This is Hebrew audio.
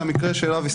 שהמקרה שכרגע בפנייה,